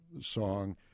song